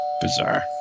bizarre